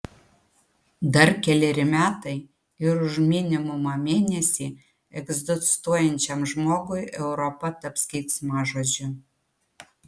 dar keleri metai ir už minimumą mėnesį egzistuojančiam žmogui europa taps keiksmažodžiu